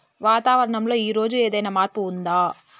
వాతావరణం లో ఈ రోజు ఏదైనా మార్పు ఉందా?